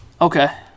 Okay